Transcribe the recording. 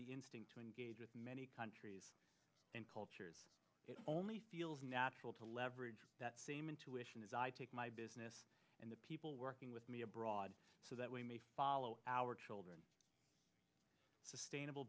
the instinct to engage with many countries and cultures it only feels natural to leverage that same intuition as i take my business and the people working with me abroad so that we may follow our children sustainable